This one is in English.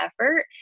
effort